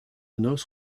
noce